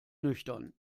nüchtern